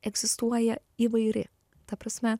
egzistuoja įvairi ta prasme